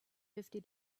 fifty